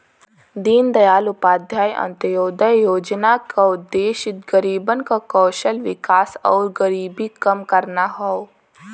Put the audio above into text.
दीनदयाल उपाध्याय अंत्योदय योजना क उद्देश्य गरीबन क कौशल विकास आउर गरीबी कम करना हौ